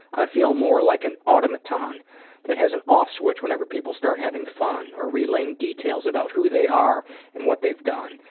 i'd feel more like an automaton that has an off switch whenever people start having fun or relaying details about who they are and what they've done,